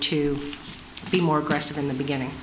to be more aggressive in the beginning